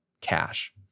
cash